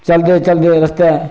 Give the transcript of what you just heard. चलदे चलदे रस्तै